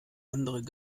anderen